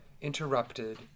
interrupted